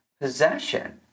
possession